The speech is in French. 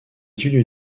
études